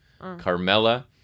Carmella